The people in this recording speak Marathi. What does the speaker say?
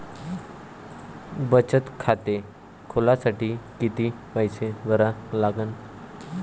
बचत खाते खोलासाठी किती पैसे भरा लागन?